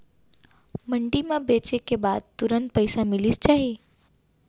मंडी म बेचे के बाद तुरंत पइसा मिलिस जाही?